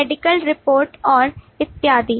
medical report और इत्यादि